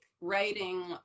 writing